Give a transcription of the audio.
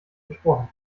versprochen